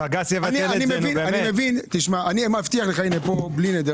בג"צ יבטל אל זה.